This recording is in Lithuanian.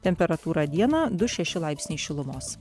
temperatūra dieną du šeši laipsniai šilumos